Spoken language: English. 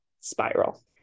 spiral